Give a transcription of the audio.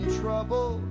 trouble